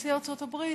נשיא ארצות הברית: